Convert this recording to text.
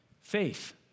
Faith